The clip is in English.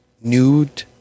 nude